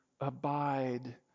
abide